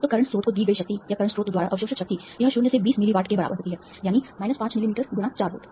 तो करंट स्रोत को दी गई शक्ति या करंट स्रोत द्वारा अवशोषित शक्ति यह शून्य से 20 मिली वाट के बराबर होती है यानी माइनस 5 मिलीमीटर गुना 4 वोल्ट